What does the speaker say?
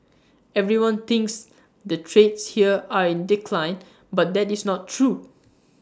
everyone thinks the trades here are in decline but that is not true